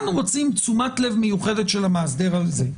רוצים תשומת לב מיוחדת של המאסדר על זה.